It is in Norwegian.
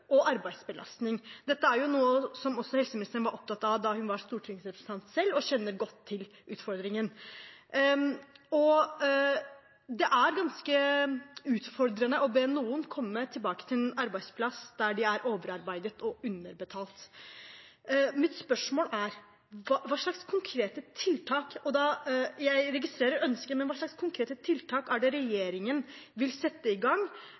og arbeidsbelastning. Dette er noe som helseministeren var opptatt av også da hun var stortingsrepresentant selv, og hun kjenner godt til utfordringen. Det er ganske utfordrende å be noen komme tilbake til en arbeidsplass der de er overarbeidet og underbetalt. Mitt spørsmål er: Jeg registrerer ønsket, men hva slags konkrete tiltak er det regjeringen vil sette i gang